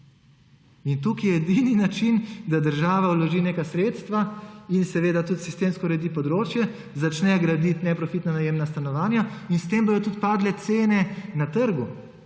Tukaj je edini način, da država vloži neka sredstva in sistemsko uredi področje, začne graditi neprofitna najemna stanovanja. S tem bodo tudi padle cene na trgu,